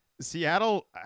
Seattle